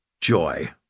joy